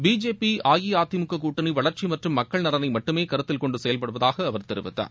BJP AIADMK கூட்டனி வளர்ச்சி மற்றம் மக்கள் நலளை மட்டுமே கருத்தில் கொண்டு செயல்படுவதாக அவர் தெரிவித்தார்